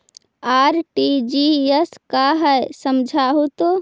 RTGS का है समझाहू तो?